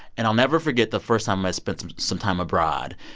and i'll never forget the first time i spent some some time abroad.